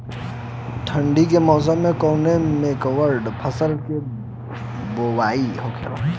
ठंडी के मौसम कवने मेंकवन फसल के बोवाई होखेला?